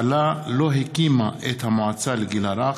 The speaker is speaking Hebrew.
אין נמנעים, אין מתנגדים.